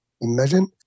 Imagine